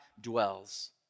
dwells